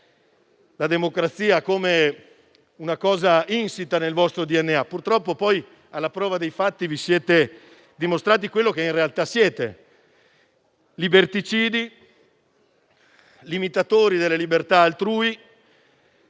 la democrazia come un valore insito nel vostro DNA. Purtroppo poi alla prova dei fatti vi siete dimostrati quello che in realtà siete: liberticidi, limitatori delle libertà altrui,